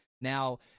Now